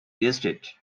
district